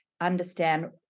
understand